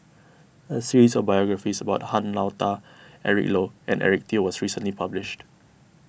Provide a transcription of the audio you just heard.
a series of biographies about Han Lao Da Eric Low and Eric Teo was recently published